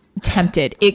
tempted